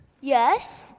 Yes